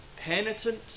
penitent